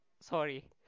Sorry